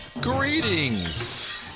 Greetings